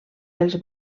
els